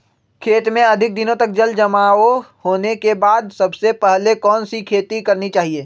खेत में अधिक दिनों तक जल जमाओ होने के बाद सबसे पहली कौन सी खेती करनी चाहिए?